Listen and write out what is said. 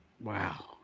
Wow